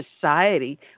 society